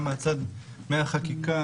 גם בחקיקה,